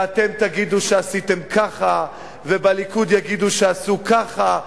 ואתם תגידו שעשיתם ככה, ובליכוד יגידו שעשו ככה.